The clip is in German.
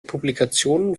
publikationen